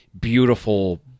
beautiful